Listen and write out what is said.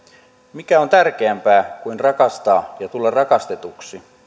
mikä on tärkeämpää kuin rakastaa ja tulla rakastetuksi